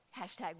Hashtag